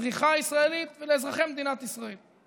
לצריכה הישראלית ולאזרחי מדינת ישראל.